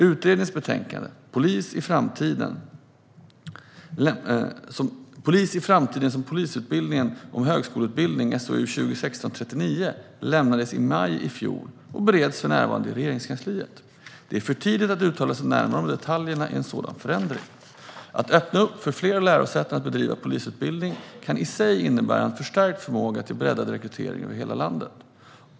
Utredningens betänkande Polis i framtiden - polisutbildningen som högskoleutbildning lämnades i maj i fjol och bereds för närvarande i Regeringskansliet. Det är för tidigt att uttala sig närmare om detaljerna i en sådan förändring. Att öppna upp för fler lärosäten att bedriva polisutbildning kan i sig innebära en förstärkt förmåga till breddad rekrytering över hela landet.